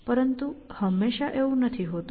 પરંતુ હંમેશાં એવું નથી હોતું